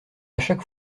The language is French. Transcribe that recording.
chaque